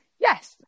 Yes